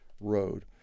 road